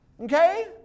Okay